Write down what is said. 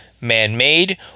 man-made